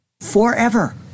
forever